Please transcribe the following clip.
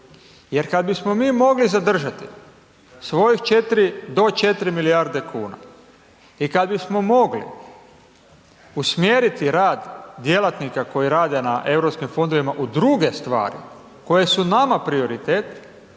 jer kad bismo mi mogli zadržati svojih do 4 milijarde kuna i kad bismo mogli usmjeriti rad djelatnika koji rade na Europskim fondovima, u druge stvari koje su nama prioritet,